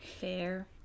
fair